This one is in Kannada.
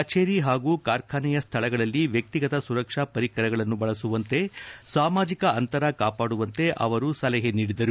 ಕಚೇರಿ ಹಾಗೂ ಕಾರ್ಖಾನೆಯ ಸ್ಥಳಗಳಲ್ಲಿ ವ್ಯಕ್ತಿಗತ ಸುರಕ್ಷಾ ಪರಿಕರಗಳನ್ನು ಬಳಸುವಂತೆ ಸಾಮಾಜಿಕ ಅಂತರ ಕಾಪಾಡುವಂತೆ ಅವರು ಸಲಹೆ ನೀಡಿದರು